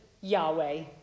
Yahweh